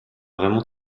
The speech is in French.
vraiment